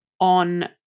on